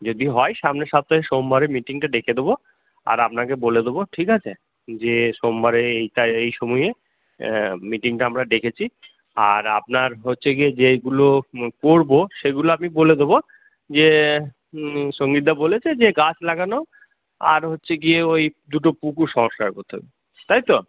যদি হয় সামনের সপ্তাহে সোমবারে মিটিংটা ডেকে দেবো আর আপনাকে বলে দেবো ঠিক আছে যে সোমবারে এইটায় এই সময়ে মিটিংটা আমরা ডেকেছি আর আপনার হচ্ছে গিয়ে যেগুলো করব সেগুলো আমি বলে দেবো যে সঞ্জীবদা বলেছে যে গাছ লাগানো আর হচ্ছে গিয়ে ওই দুটো পুকুর সংস্কার করতে হবে তাই তো